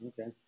Okay